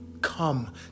Come